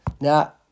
Now